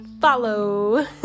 follow